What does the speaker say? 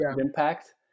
impact